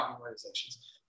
Organizations